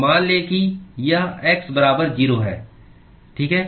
तो मान लें कि यह x बराबर 0 है ठीक है